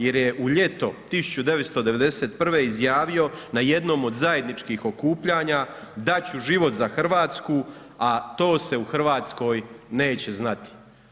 Jer je u ljeto 1991. izjavio na jednom od zajedničkih okupljanja dat' ću život za Hrvatsku, a to se u Hrvatskoj neće znati.